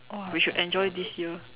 !wah! we should enjoy this year